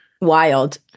wild